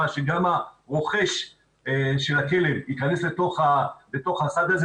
שגם הרוכש של הכלב ייכנס לתוך הסד הזה,